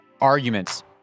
arguments